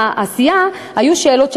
שבמהלך העשייה עלו שאלות,